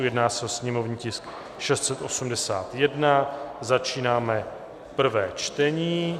Jedná se o sněmovní tisk 681, začínáme prvé čtení.